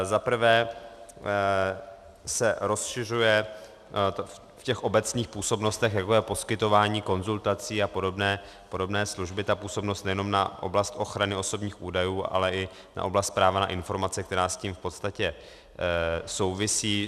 Za prvé se rozšiřuje v obecných působnostech, jako je poskytování konzultací a podobné služby, ta působnost nejenom na oblast ochrany osobních údajů, ale i na oblast práva na informace, která s tím v podstatě souvisí.